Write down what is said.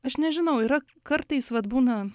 aš nežinau yra kartais vat būna